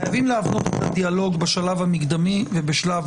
חייבים להבנות את הדיאלוג בשלב המקדמי ובשלב